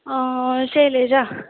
Selja